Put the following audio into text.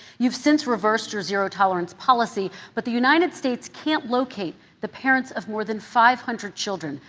you've since reversed your zero-tolerance policy, but the united states can't locate the parents of more than five hundred children.